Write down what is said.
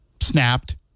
snapped